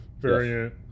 variant